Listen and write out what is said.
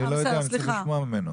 אני רוצה לשמוע ממנו.